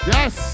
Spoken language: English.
Yes